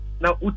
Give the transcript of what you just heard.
Now